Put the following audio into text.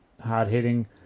hard-hitting